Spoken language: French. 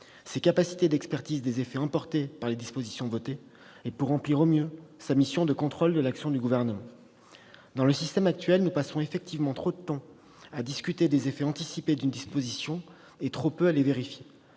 ses capacités d'expertise des effets emportés par les dispositions votées et pour remplir au mieux sa mission de contrôle de l'action du Gouvernement. Dans le système actuel, nous passons effectivement trop de temps à discuter des effets anticipés d'une disposition, et trop peu à les vérifier.